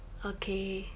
okay